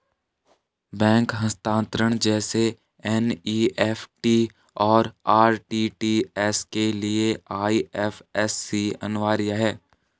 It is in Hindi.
बैंक हस्तांतरण जैसे एन.ई.एफ.टी, और आर.टी.जी.एस के लिए आई.एफ.एस.सी अनिवार्य है